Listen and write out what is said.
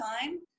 time